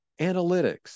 analytics